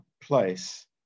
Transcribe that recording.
place